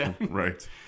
Right